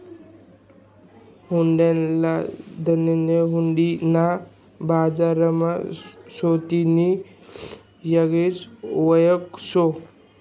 हुंडीना दलालनी हुंडी ना बजारमा सोतानी येगळीच वयख शे